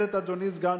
אדוני הסגן,